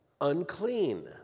unclean